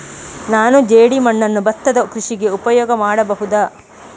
ನಾನು ಜೇಡಿಮಣ್ಣನ್ನು ಭತ್ತದ ಕೃಷಿಗೆ ಉಪಯೋಗ ಮಾಡಬಹುದಾ?